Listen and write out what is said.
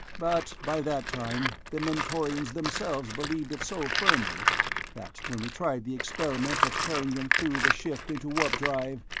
but by that time the mentorians themselves believed it so firmly that when we tried the experiment of carrying them through the shift into warp-drive,